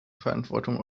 verantwortung